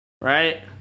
right